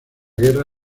guerra